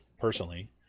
personally